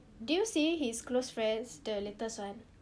did you see his close friends the latest one